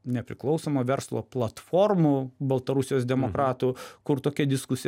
nepriklausomo verslo platformų baltarusijos demokratų kur tokia diskusija